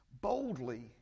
Boldly